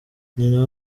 nyina